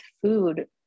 food